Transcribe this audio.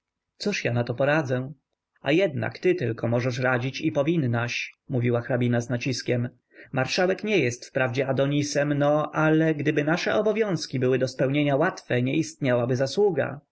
cóż ja na to poradzę a jednak ty tylko możesz radzić i powinnaś mówiła hrabina z naciskiem marszałek nie jest wprawdzie adonisem no ale gdyby nasze obowiązki były do spełnienia łatwe nie istniałaby zasługa